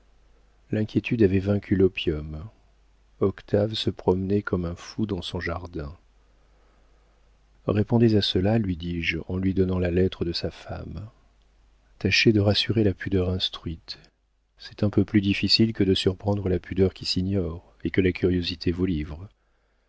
l'inquiétude avait vaincu l'opium octave se promenait comme un fou dans son jardin répondez à cela lui dis-je en lui donnant la lettre de sa femme tâchez de rassurer la pudeur instruite c'est un peu plus difficile que de surprendre la pudeur qui s'ignore et que la curiosité vous livre